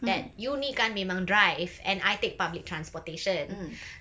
that you ni kan memang drive and I take public transportation